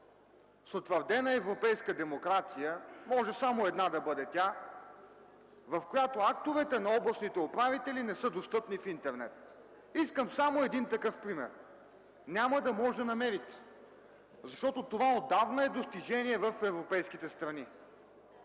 за утвърдена европейска демокрация, може само една да бъде тя, в която актовете на областните управители не са достъпни в интернет. Искам само един такъв пример. Няма да може да намерите, защото това отдавна е достижение в европейските страни.